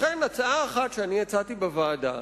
לכן הצעה אחת שהצעתי בוועדה היתה,